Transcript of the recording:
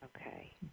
Okay